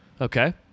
Okay